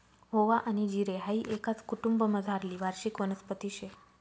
ओवा आनी जिरे हाई एकाच कुटुंबमझारली वार्षिक वनस्पती शे